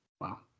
Wow